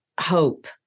Hope